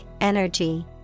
energy